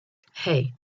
hey